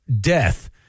death